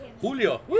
Julio